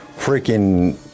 freaking